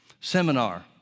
seminar